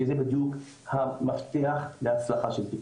שזה בדיוק המפתח להצלחה של טיפול.